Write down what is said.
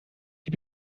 die